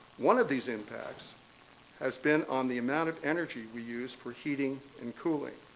one of these impacts has been on the amount of energy we use for heating and cooling.